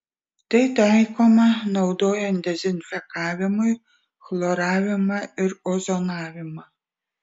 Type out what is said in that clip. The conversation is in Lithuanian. tai taikoma naudojant dezinfekavimui chloravimą ir ozonavimą